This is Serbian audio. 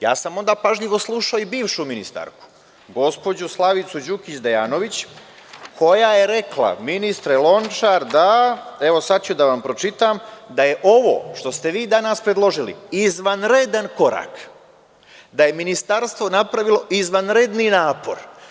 Ja sam onda pažljivo slušao i bivšu ministarku, gospođu Slavicu Đukić Dejanović, koja je rekla, ministre Lončar, sad ću da vam pročitam, da je ovo što ste vi danas predložili izvanredan korak, da je Ministarstvo napravilo izvanredni napor.